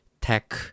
tech